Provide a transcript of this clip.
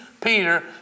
Peter